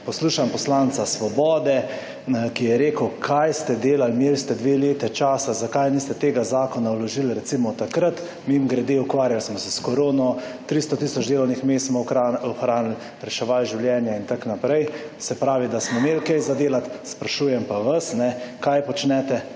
Poslušam poslanca Svobode, ki je rekel: »Kaj ste delali? Imeli ste dve leti časa. Zakaj niste tega zakona vložili, recimo, takrat?« Mimogrede, ukvarjali smo se s korono, 300 tisoč delovnih mest smo ohranili, reševali življenja in tak naprej. Se pravi, da smo imeli kaj za delati. Sprašujem pa vas, kaj počnete